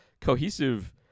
cohesive